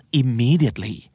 immediately